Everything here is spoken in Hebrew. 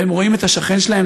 והם רואים את השכן שלהם,